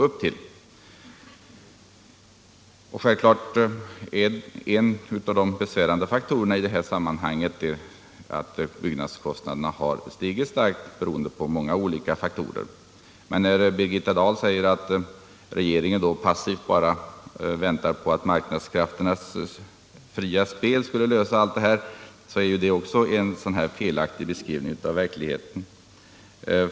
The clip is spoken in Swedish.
Självfallet är en av de besvärande faktorerna i det här sammanhanget att byggnadskostnaderna stigit starkt, av många olika orsaker. Men när Birgitta Dahl säger att regeringen passivt bara väntar på att marknadskrafternas fria spel skall lösa allt detta, är också det en felaktig beskrivning av verkligheten.